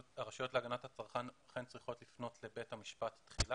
הרשויות להגנת הצרכן אכן צריכות לפנות תחילה לבית המשפט.